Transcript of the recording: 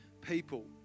people